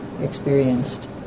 experienced